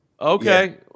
Okay